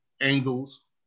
angles